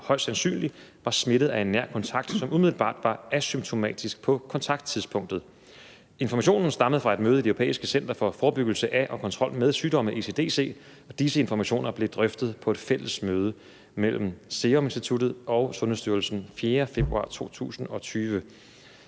højst sandsynligt var smittet af en nær kontakt, som umiddelbart var asymptomatisk på kontakttidspunktet. Informationen stammede fra et møde i det europæiske center for forebyggelse af og kontrol med sygdomme (ECDC). Disse informationer blev drøftet på et fælles møde mellem SSI og SST 4. februar 2020.«